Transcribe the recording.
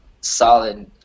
solid